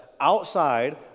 outside